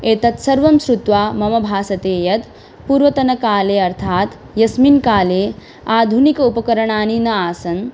एतत् सर्वं श्रुत्वा मम भासते यत् पूर्वतनकाले अर्थात् यस्मिन् काले आधुनिक उपकरणानि न आसन्